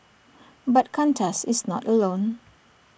but Qantas is not alone